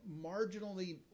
marginally